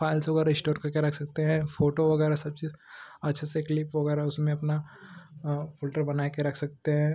files वगैरह store करके रख सकते हैं फ़ोटो वगैरह सब चीज़ अच्छे से क्लिप वगैरह उसमें अपना फ़ोल्डर बना कर रख सकते हैं